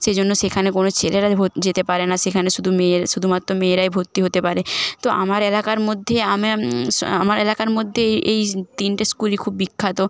সেই জন্য সেইখানে কোনো ছেলেরা ভ যেতে পারে না সেখানে শুধু মেয়েরা শুধুমাত্র মেয়েরাই ভর্তি হতে পারে তো আমার এলাকার মধ্যে আমার আমার এলাকার মধ্যে এই এই দিনটা স্কুলে খুব বিখ্যাত